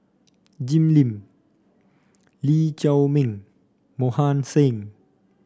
Jim Lim Lee Chiaw Meng Mohan Singh